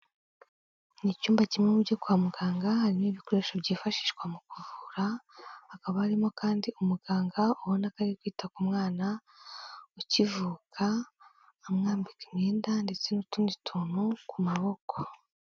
Ni icyumba kinini cyo kwa muganga harimo ibikoresho byifashishwa mu kuvura, hakaba harimo kandi umuganga ubona ko ari kwita ku mwana ukivuka, amwambika imyenda ndetse n'utundi tuntu ku maboko.